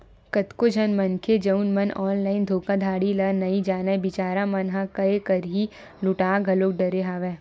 कतको झन मनखे जउन मन ऑनलाइन धोखाघड़ी ल नइ जानय बिचारा मन ह काय करही लूटा घलो डरे हवय